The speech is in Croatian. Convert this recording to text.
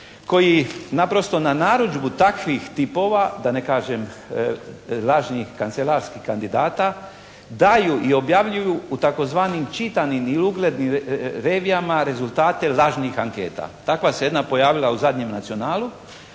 koji naprosto na narudžbu takvih tipova, da ne kažem lažnih kancelarskih kandidata daju i objavljuju u tzv. čitanim ili uglednim revijama rezultate lažnih anketa. Takva se jedna pojavila u zadnjem "Nacionalu"